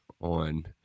on